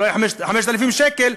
אולי 5,000 שקל,